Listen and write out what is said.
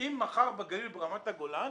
אם מחר בגליל, ברמת הגולן,